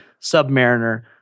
Submariner